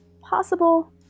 possible